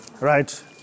Right